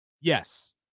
Yes